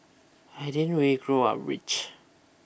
I didn't really grow up rich